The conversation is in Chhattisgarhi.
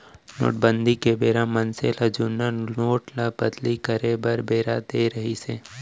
नोटबंदी के बेरा मनसे ल जुन्ना नोट ल बदली करे बर बेरा देय रिहिस हे